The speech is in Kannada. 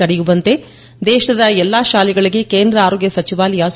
ತಡೆಯುವಂತೆ ದೇಶದ ಎಲ್ಲ ಶಾಲೆಗಳಿಗೆ ಕೇಂದ್ರ ಆರೋಗ್ಯ ಸಚಿವಾಲಯ ಸೂಚನೆ